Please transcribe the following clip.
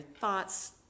thoughts